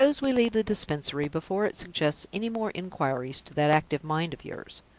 suppose we leave the dispensary, before it suggests any more inquiries to that active mind of yours?